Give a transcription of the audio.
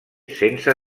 sense